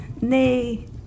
nay